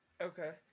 Okay